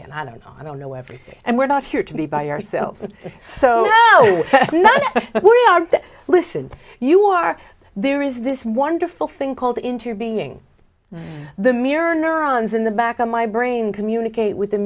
in i don't i don't know everything and we're not here to be by ourselves so listen you are there is this wonderful thing called into your being the mirror neurons in the back of my brain communicate with the